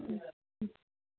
ହୁଁ